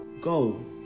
go